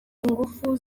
ingufu